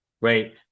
Right